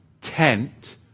tent